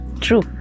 True